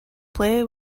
play